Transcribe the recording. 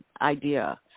idea